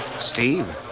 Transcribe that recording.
Steve